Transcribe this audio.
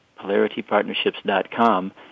polaritypartnerships.com